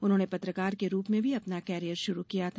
उन्होंने पत्रकार के रूप में भी अपना करियर शुरू किया था